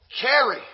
Carry